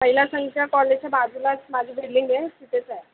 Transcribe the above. कॉलेजच्या बाजूलाच माझी बिल्डिंग आहे तिथेच आहे